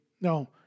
No